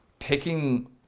Picking